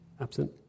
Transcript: Absent